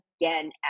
again